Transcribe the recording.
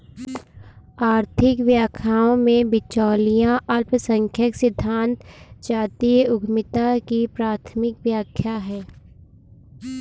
आर्थिक व्याख्याओं में, बिचौलिया अल्पसंख्यक सिद्धांत जातीय उद्यमिता की प्राथमिक व्याख्या है